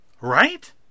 Right